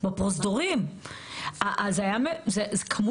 אבל הרכישה היא רכישה מאסיבית גם של